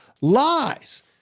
lies